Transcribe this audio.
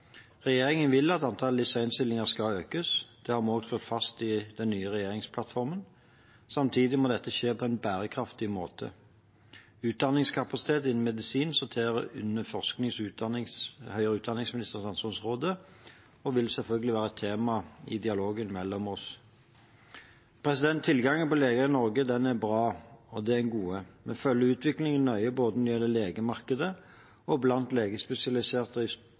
Regjeringen vil at antallet LIS1-stillinger skal økes. Det har vi også slått fast i den nye regjeringsplattformen. Samtidig må dette skje på en bærekraftig måte. Utdanningskapasitet innen medisin sorterer under forsknings- og høyere utdanningsministerens ansvarsområde og vil selvfølgelig være et tema i dialogen mellom oss. Tilgangen på leger i Norge er bra, og det er et gode. Vi følger utviklingen nøye både når det gjelder legemarkedet og blant